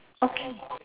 okay